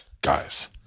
Guys